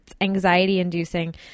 anxiety-inducing